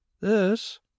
This—